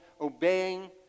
obeying